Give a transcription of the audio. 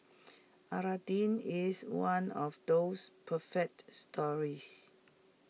Aladdin is one of those perfect stories